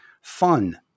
fun